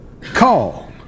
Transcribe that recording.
call